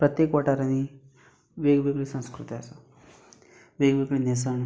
प्रत्येक वाटारांनी वेगवेगळी संस्कृताय आसा वेगवेगळें न्हेंसण